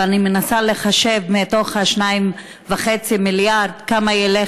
ואני מנסה לחשב מתוך 2.5 מיליארד כמה ילך